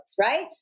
right